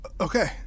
Okay